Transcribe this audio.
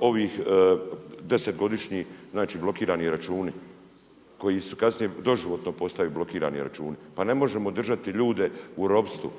ovih 10 godišnji blokirani računi, koji kasnije doživotno postaju blokirani računi. Pa ne možemo držati ljude u ropstvu.